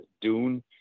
Dune